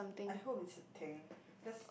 I hope is a thing just